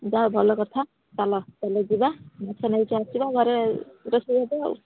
ଯା ହଉ ଭଲ କଥା ଚାଲ ଚାଲଯିବା ମାଛ ନେଇକି ଆସିବା ଘରେ ରୋଷେଇ ହବ ଆଉ